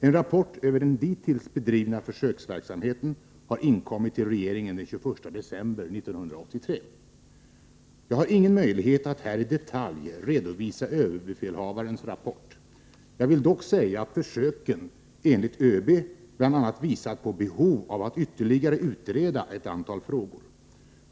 En rapport över den dittills bedrivna försöksverksamheten har inkommit till regeringen den 21 december 1983. Jag har ingen möjlighet att här i detalj redovisa överbefälhavarens rapport. Jag vill dock säga att försöken enligt ÖB bl.a. visat på behov av att ytterligare utreda ett antal frågor.